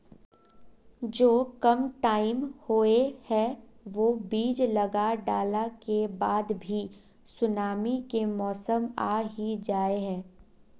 जो कम टाइम होये है वो बीज लगा डाला के बाद भी सुनामी के मौसम आ ही जाय है?